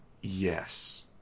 Yes